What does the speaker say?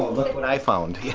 look what i found. yeah